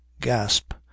gasp